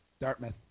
Dartmouth